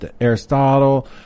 Aristotle